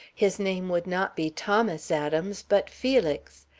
his name would not be thomas adams, but felix,